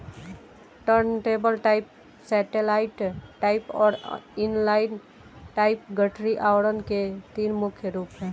turntable type, satellite type और inline type गठरी आवरण के तीन मुख्य रूप है